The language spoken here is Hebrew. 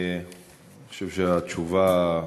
אני חושב שהתשובה,